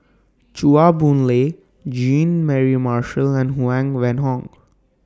Chua Boon Lay Jean Mary Marshall and Huang Wenhong